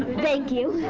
thank you.